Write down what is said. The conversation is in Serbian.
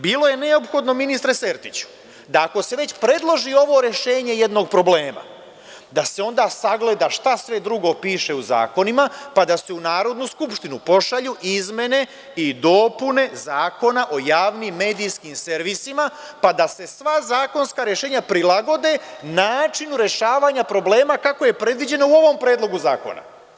Bilo je neophodno, ministre Sertiću, da ako se već predloži ovo rešenje jednog problema, da se onda sagleda šta sve drugo piše u zakonima, pa da se u Narodnu skupštinu pošalju izmene i dopune Zakona o javnim medijskim servisima, pa da se sva zakonska rešenja prilagode načinu rešavanja problema kako je predviđeno u ovom Predlogu zakona.